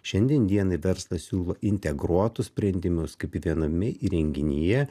šiandien dienai verslas siūlo integruotus sprendimus kaip į viename įrenginyje